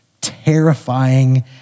terrifying